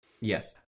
yes